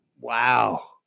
Wow